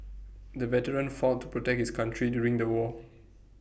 the veteran fought to protect his country during the war